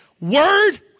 word